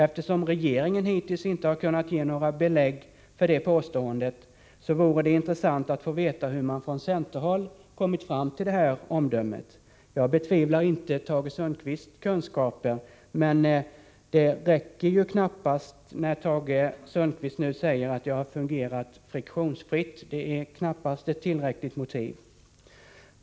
Eftersom regeringen hittills inte har kunnat ge några belägg för det påståendet, vore det intressant att få veta hur man från centerhåll kommit fram till det omdömet. Jag betvivlar inte Tage Sundkvists kunskaper, men det räcker inte när han säger att det har fungerat friktionsfritt. Det är knappast ett tillräckigt motiv.